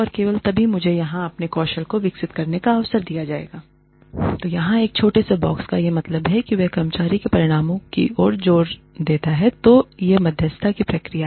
और केवल तभी मुझे यहां अपने कौशल को विकसित करने का अवसर दिया जाएगा l तो यहाँ पर इस छोटे से बॉक्स का यह मतलब हैl और वह कर्मचारी के परिणामों की ओर जाता है तो यह मध्यस्थता की प्रक्रिया है